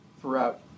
throughout